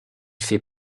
fait